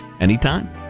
anytime